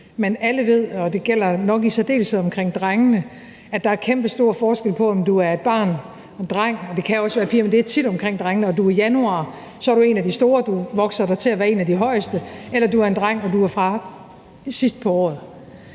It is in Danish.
Men alle ved, og det gælder nok i særdeleshed for drengene, at der er kæmpestor forskel på, om du er et barn, en dreng – det kan også være piger, men det er tit drengene – og du er i januar, så du er en af de store og vokser dig til at være en af de højeste, eller om du er en dreng, og du er fra sidst på året.